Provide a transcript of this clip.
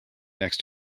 next